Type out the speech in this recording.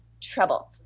trouble